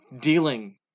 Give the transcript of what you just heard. dealing